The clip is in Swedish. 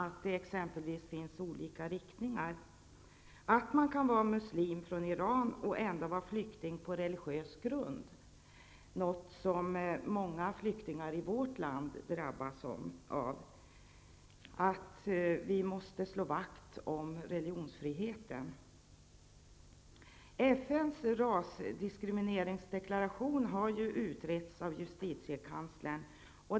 Man vet t.ex. inte att det finns olika inriktningar och att en muslim från Iran ändå kan vara flykting på religiös grund. Detta har många flyktingar i vårt land drabbats av. Vi måste slå vakt om religionsfriheten. FN:s rasdiskrimineringsdeklaration har ju utretts av justitiekanslern.